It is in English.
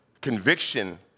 Conviction